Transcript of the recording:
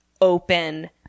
open